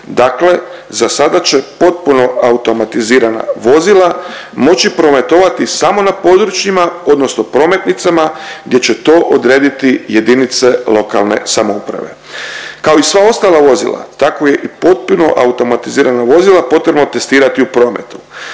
Dakle, za sada će potpuno automatizirana vozila moći prometovati samo na područjima odnosno prometnicama gdje će to odrediti jedinice lokalne samouprave. Kao i sva ostala vozila tako je i potpuno automatizirana vozila potrebno testirati u prometu.